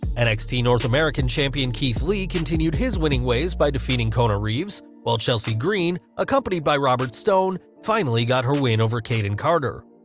nxt north american champion keith lee continued his winning ways by defeating kona reeves, whilst chelsea green, accompanied by robert stone, finally got her win over kayden carter.